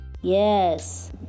yes